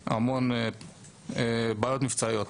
המון בעיות מבצעיות.